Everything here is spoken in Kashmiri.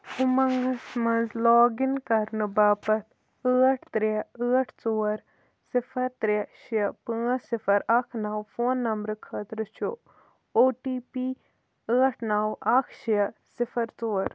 اُمنٛگس منٛز لاگ اِن کَرنہٕ باپتھ ٲٹھ ترٛےٚ ٲٹھ ژور صِفَر ترٛےٚ شےٚ پٲنٛژھ صِفَر اَکھ نَو فون نمبرٕ خٲطرٕ چھُ او ٹی پی ٲٹھ نَو اَکھ شےٚ صِفَر ژور